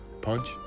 Punch